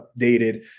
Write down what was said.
updated